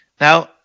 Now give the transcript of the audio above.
Now